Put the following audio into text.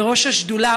בראש השדולה,